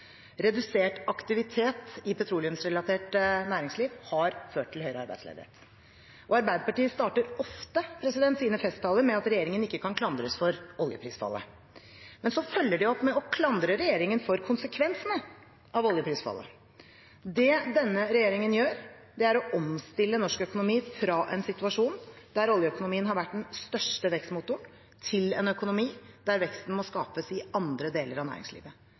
Redusert aktivitet i petroleumsrelatert næringsliv har ført til høyere arbeidsledighet. Arbeiderpartiet starter ofte sine festtaler med at regjeringen ikke kan klandres for oljeprisfallet, men så følger de opp med å klandre regjeringen for konsekvensene av oljeprisfallet. Det denne regjeringen gjør, er å omstille norsk økonomi fra en situasjon der oljeøkonomien har vært den største vekstmotoren, til en økonomi der veksten må skapes i andre deler av næringslivet.